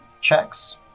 checks